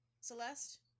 Celeste